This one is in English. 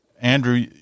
Andrew